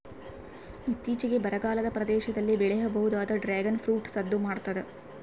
ಇತ್ತೀಚಿಗೆ ಬರಗಾಲದ ಪ್ರದೇಶದಲ್ಲಿ ಬೆಳೆಯಬಹುದಾದ ಡ್ರಾಗುನ್ ಫ್ರೂಟ್ ಸದ್ದು ಮಾಡ್ತಾದ